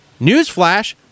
Newsflash